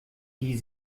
die